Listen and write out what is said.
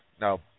No